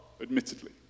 admittedly